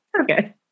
okay